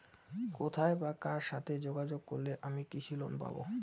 কোথায় বা কার সাথে যোগাযোগ করলে আমি কৃষি লোন পাব?